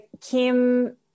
Kim